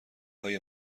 های